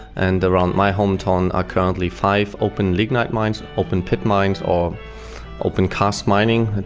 and around my home town are currently five open lignite mines, open pit mines or open cast mines,